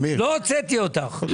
לא הוצאתי אותך.